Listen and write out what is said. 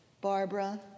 Barbara